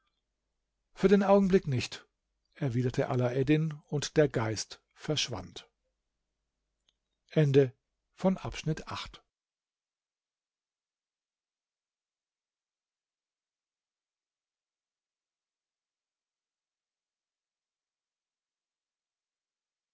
für den augenblick nichts erwiderte alaeddin und der geist verschwand